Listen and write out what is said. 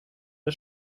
der